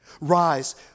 Rise